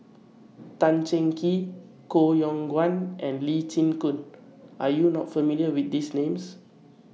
Tan Cheng Kee Koh Yong Guan and Lee Chin Koon Are YOU not familiar with These Names